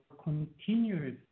continuous